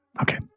Okay